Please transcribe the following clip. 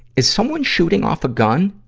is someone shooting off a gun?